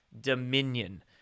Dominion